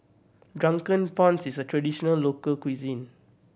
Drunken Prawns is a traditional local cuisine